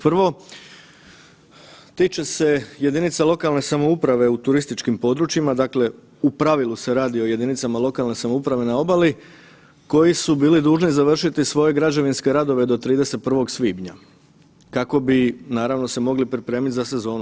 Prvo, tiče se jedinica lokalne samouprave u turističkim područjima dakle u pravilu se radi o jedinicama lokalne samouprave na obali koji su bili dužni završiti svoje građevinske radove do 31.svibnja kako bi se naravno mogli pripremiti za sezonu.